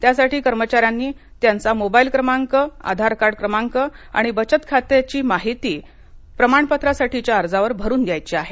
त्यासाठी कर्मचाऱ्याने त्याचा मोबाईल क्रमांक आधारकार्ड क्रमांक आणि बचत खात्याची माहिती प्रमाणपत्रासाठीच्या अर्जावर भरून द्यायची आहे